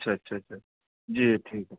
اچھا اچھا اچھا جی ٹھیک ہے